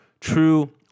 true